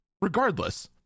regardless